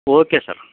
okay sir